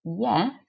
yes